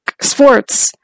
sports